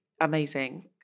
amazing